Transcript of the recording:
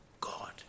God